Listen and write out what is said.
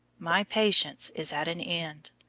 my patience is at an end.